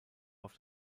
auf